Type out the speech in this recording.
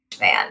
Man